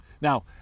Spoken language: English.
Now